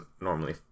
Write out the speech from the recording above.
normally